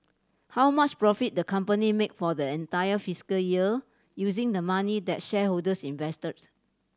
how much profit the company made for the entire fiscal year using the money that shareholders invested